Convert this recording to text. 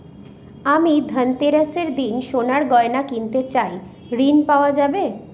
আমি ধনতেরাসের দিন সোনার গয়না কিনতে চাই ঝণ পাওয়া যাবে?